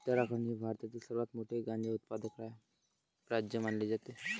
उत्तराखंड हे भारतातील सर्वात मोठे गांजा उत्पादक राज्य मानले जाते